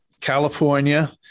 California